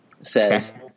says